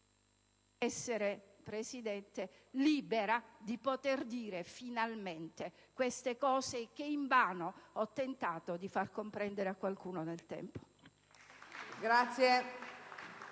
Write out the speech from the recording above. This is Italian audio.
essere libera di poter dire finalmente queste cose, che invano ho tentato di far comprendere a qualcuno nel tempo.